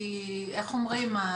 כי איך אומרים,